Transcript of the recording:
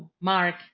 Mark